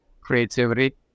creativity